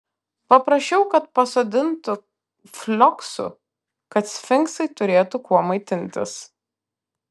paprašiau kad pasodintų flioksų kad sfinksai turėtų kuo maitintis